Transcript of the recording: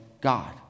God